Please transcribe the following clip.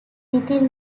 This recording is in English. within